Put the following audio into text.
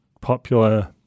popular